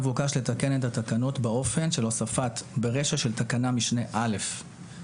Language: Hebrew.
מבוקש לתקן את התקנות באופן של הוספת ברישא של תקנת משנה 1א,